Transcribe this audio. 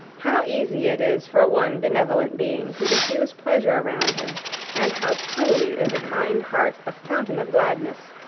how easy it is for one benevolent being to diffuse pleasure around him and how truly is a kind heart a fountain of gladness,